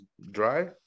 dry